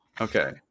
okay